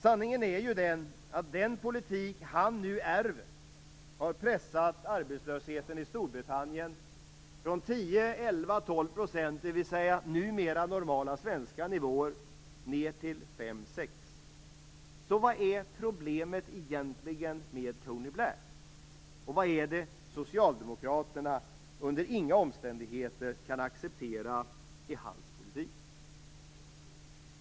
Sanningen är ju den att den politik som han nu ärver har pressat ned arbetslösheten i Storbritannien från 10-12 %, dvs. numera normala svenska nivåer, ned till 5-6 %. Så vilket är egentligen problemet med Tony Blair, och vad är det som socialdemokraterna under inga omständigheter kan acceptera i dennes politik?